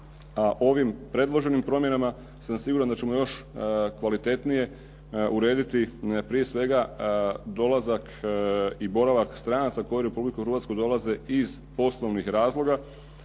ovim predloženim promjenama sam siguran da ćemo još kvalitetnije urediti prije svega dolazak i boravak stranaca koji u Republiku Hrvatsku dolaze iz poslovnih razloga,